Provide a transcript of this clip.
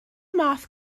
math